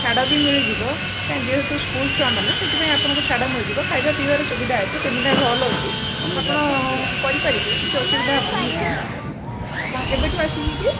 ଛାଡ଼ ବି ମିଳିଯିବ କାଇହିଁ ଯେହେତୁ ସ୍କୁଲ ଛୁଆମାନେ ସେଥିପାଇଁ ଆପଣଙ୍କୁ ଛାଡ଼ ମିଳିଯିବ ଖାଇବା ପିଇବାର ସୁବିଧା ଅଛି ସେମିନାର ହଲ ଅଛି ଆପଣ କରିପାରିବେ କିଛି ଅସୁବିଧା ହେବନି ମିଟିଂ ଆପଣ କେବେଠୁ ଆସବେ କି